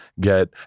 get